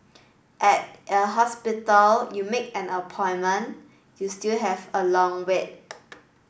at a hospital you make an appointment you still have a long wait